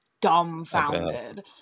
dumbfounded